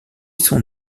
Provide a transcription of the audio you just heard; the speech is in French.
sont